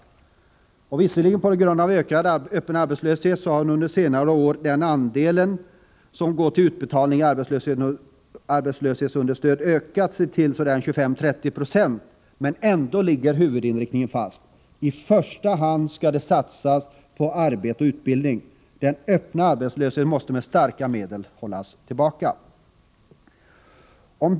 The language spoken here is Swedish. På grund av den ökade öppna arbetslösheten under senare år har andelen som går till utbetalning för arbetslöshetsunderstöd ökat till ca 30 26, men huvudinriktningen ligger ändå fast. I första hand skall det satsas på arbete och utbildning. Den öppna arbetslösheten måste med starka medel hållas tillbaka.